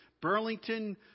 Burlington